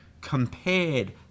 compared